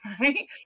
right